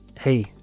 hey